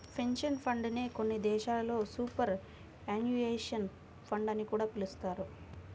pension fund నే కొన్ని దేశాల్లో సూపర్ యాన్యుయేషన్ ఫండ్ అని కూడా పిలుస్తారు